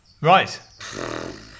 right